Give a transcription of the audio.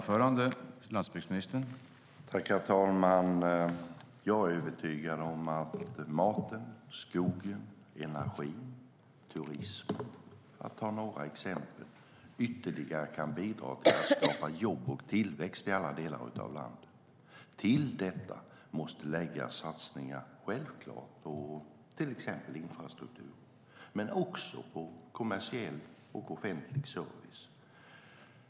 Herr talman! Jag är övertygad om att maten, skogen, energin och turismen, för att ta några exempel, ytterligare kan bidra till att skapa jobb och tillväxt i alla delar av landet. Till detta måste självklart läggas satsningar på till exempel infrastruktur men också på kommersiell och offentlig service.